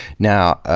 now, ah